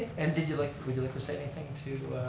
and did you like to, would you like to say anything to